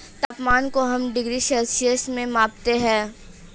तापमान को हम डिग्री सेल्सियस में मापते है